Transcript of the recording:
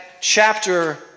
chapter